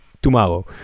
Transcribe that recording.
tomorrow